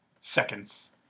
seconds